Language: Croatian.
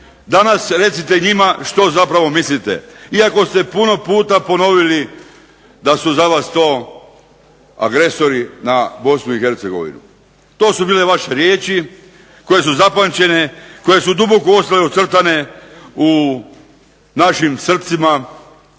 Danas recite njima što zapravo mislite. Iako ste puno puta ponovili da su za vas to agresori na BiH. to su bile vaše riječi, koje su zapamćene, koje su duboko ostale ucrtane u našim srcima